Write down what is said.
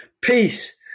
Peace